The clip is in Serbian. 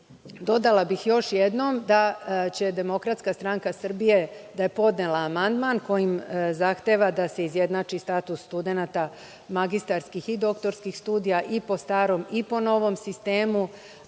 dodala bih još jednom da je DSS podnela amandman kojim zahteva da se izjednači status studenata, magistarskih i doktorskih studija i po starom i po novom sistemu,